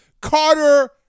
Carter